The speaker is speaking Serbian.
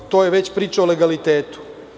To je već priča o legalitetu.